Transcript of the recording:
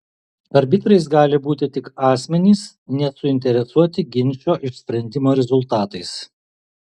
arbitrais gali būti tik asmenys nesuinteresuoti ginčo išsprendimo rezultatais